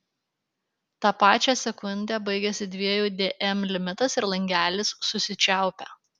tą pačią sekundę baigiasi dviejų dm limitas ir langelis susičiaupia